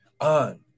on